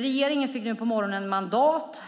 Nu på morgonen fick regeringen mandat